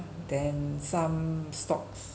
then some stocks